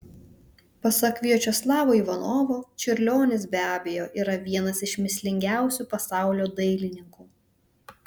pasak viačeslavo ivanovo čiurlionis be abejo yra vienas iš mįslingiausių pasaulio dailininkų